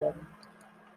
worden